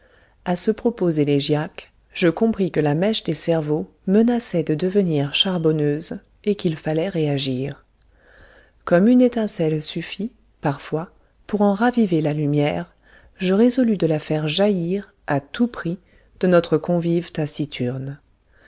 à ce propos